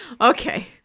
Okay